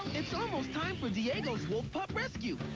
it's almost time for diego's wolf pup rescue!